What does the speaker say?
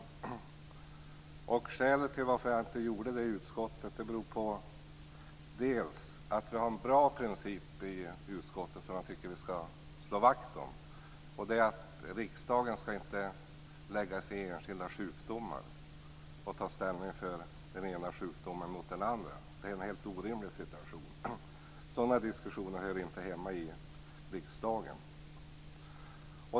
Det första skälet till att jag i utskottet inte stödde den är att vi i utskottet har en bra princip, som jag tycker att vi skall slå vakt om, nämligen att riksdagen inte skall lägga sig i enskilda sjukdomar och ta ställning för den ena sjukdomen mot den andra. Det skulle ge upphov till en helt orimlig situation. Sådana diskussioner hör inte hemma i riksdagen.